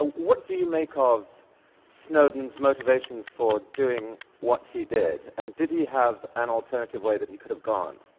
but what do you make of snowden's motivations for doing what he did, and did he have an alternative way that he could have gone?